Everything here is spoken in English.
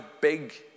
big